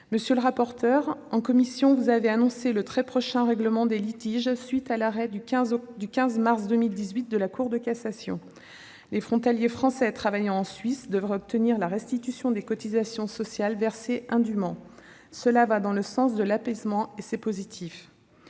Monsieur le rapporteur, en commission, vous avez annoncé le très prochain règlement des litiges à la suite de l'arrêt du 15 mars 2018 de la Cour de cassation. Les frontaliers français travaillant en Suisse devraient obtenir la restitution des cotisations sociales versées indûment. Cela va dans le sens de l'apaisement. C'est dans